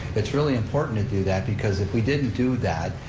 it's really important to do that, because if we didn't do that,